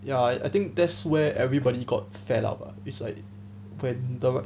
ya I think that's where everybody got fed up lah it's like when the